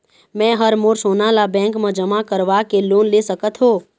मैं हर मोर सोना ला बैंक म जमा करवाके लोन ले सकत हो?